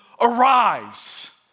arise